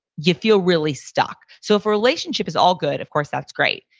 you feel really stuck. so if a relationship is all good, of course, that's great.